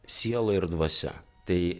siela ir dvasia tai